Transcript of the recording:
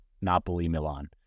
Napoli-Milan